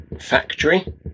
Factory